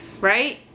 right